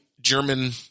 German